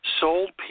sold